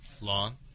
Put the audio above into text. Long